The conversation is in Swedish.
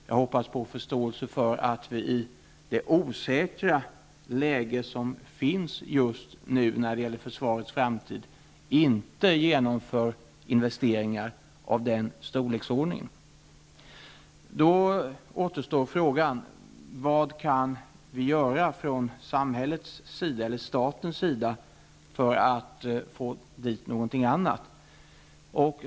Jag hoppas på förståelse för att vi i det osäkra läge som finns just nu när det gäller försvarets framtid inte genomför investeringar i den storleksordningen. Då återstår frågan om vad vi kan göra från samhällets och statens sida för att få dit något annat.